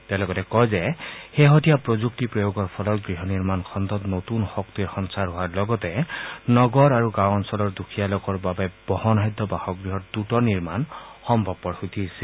তেওঁ লগতে কয় যে শেহতীয়া প্ৰযুক্তি প্ৰয়োগৰ ফলত গৃহ নিৰ্মাণ খণ্ডত নতৃন শক্তিৰ সঞ্চাৰ হোৱাৰ লগতে নগৰ আৰু গাঁও অঞ্চলৰ দুখীয়া লোকৰ বাবে বহনসাধ্য বাসগৃহৰ দ্ৰুত নিৰ্মাণ সম্ভৱপৰ হৈ উঠিছে